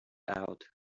out